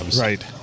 Right